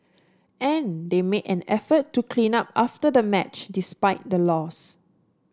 and they made an effort to clean up after the match despite the loss